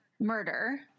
murder